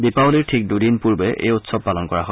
দীপাৱলীৰ ঠিক দুদিন পূৰ্বে এই উৎসৱ পালন কৰা হয়